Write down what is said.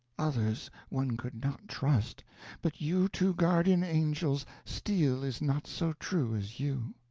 others one could not trust but you two guardian angels steel is not so true as you.